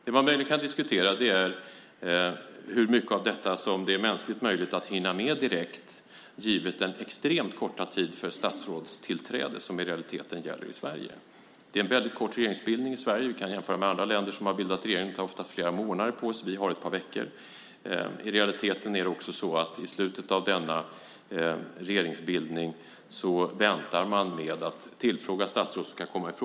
Det man möjligen kan diskutera är hur mycket av detta som det är mänskligt möjligt att hinna med direkt, givet den extremt korta tid för statsrådstillträde som i realiteten gäller i Sverige. Det är kort tid för regeringsbildning i Sverige. Vi kan jämföra med andra länder där man har bildat regeringen; där tar man ofta flera månader på sig. Vi har ett par veckor. I realiteten är det också så att i slutet av denna regeringsbildning väntar man med att tillfråga statsråd som kan komma i fråga.